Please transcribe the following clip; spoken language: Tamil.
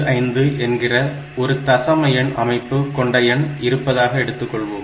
75 என்கிற ஒரு தசம எண் அமைப்பு கொண்ட எண் இருப்பதாக வைத்துக்கொள்வோம்